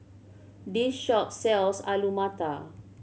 this shop sells Alu Matar